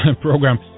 program